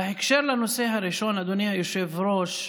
בקשר לנושא הראשון, אדוני היושב-ראש,